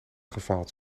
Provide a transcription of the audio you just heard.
gefaald